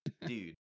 dude